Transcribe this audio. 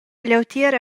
leutier